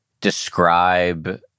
describe